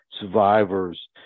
survivors